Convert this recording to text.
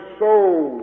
soul